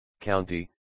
county